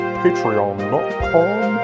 patreon.com